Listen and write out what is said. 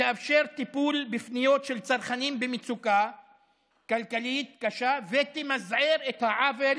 שתאפשר טיפול בפניות של צרכנים במצוקה כלכלית קשה ותמזער את העוול